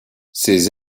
ces